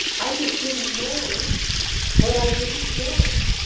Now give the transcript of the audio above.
i just didn't know what i didn't know.